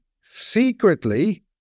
secretly